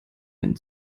einen